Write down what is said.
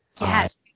yes